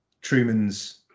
Truman's